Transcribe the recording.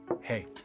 Hey